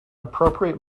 appropriate